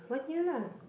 one year lah